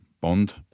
Bond